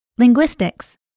Linguistics